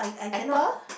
Apple